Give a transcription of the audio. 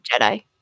Jedi